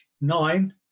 nine